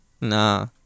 Nah